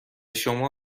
شما